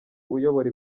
uyobora